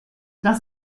das